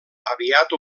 aviat